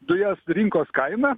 dujas rinkos kaina